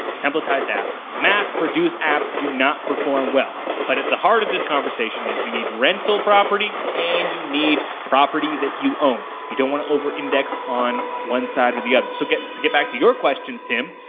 templatized apps, mass-produced apps do not perform well. but at the heart of this conversation is you need rental property and you need property that you own. you don't wanna over-index on one side or the other. so to get back to your question, tim,